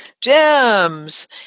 Gems